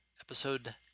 Episode